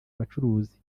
abacuruzi